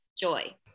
joy